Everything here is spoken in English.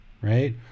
right